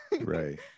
right